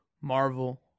Marvel